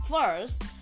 First